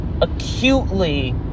acutely